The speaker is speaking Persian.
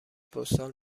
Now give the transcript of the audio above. پستال